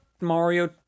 Mario